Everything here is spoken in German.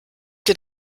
dir